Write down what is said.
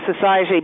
society